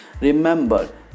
remember